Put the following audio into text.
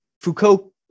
Foucault